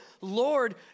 Lord